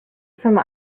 from